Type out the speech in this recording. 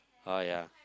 ah ya